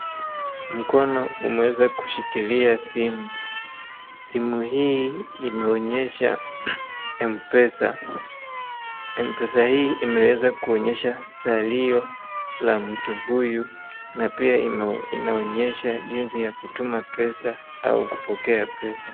Mkono umeweza kushikilia simu. Simu hii imeonyesha M-Pesa. M-Pesa hii imeweza kuonyesha salio la mtu huyu na pia inaonyesha jinsi ya kutuma pesa au kupokea pesa.